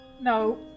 No